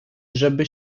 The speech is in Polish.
żeby